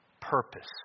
purpose